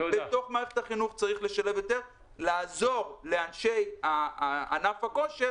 צריך לשלב יותר בתוך מערכת הבריאות ולעזור לאנשי ענף הכושר